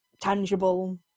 tangible